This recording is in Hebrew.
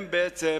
הם בעצם